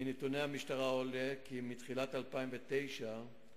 מנתוני המשטרה עולה כי מתחילת 2009 קיימת